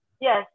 Yes